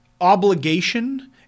obligation